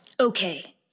Okay